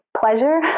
pleasure